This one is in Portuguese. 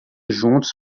juntos